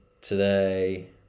today